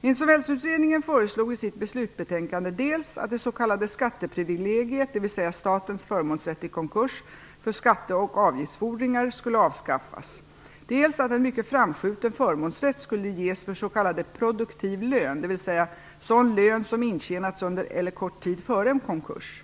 Insolvensutredningen föreslog i sitt slutbetänkande dels att det s.k. skatteprivilegiet, dvs. statens förmånsrätt i konkurs för skatte och avgiftsfordringar, skulle avskaffas, dels att en mycket framskjuten förmånsrätt skulle ges för s.k. produktiv lön, dvs. sådan lön som intjänats under eller kort tid före en konkurs.